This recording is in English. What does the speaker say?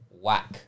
Whack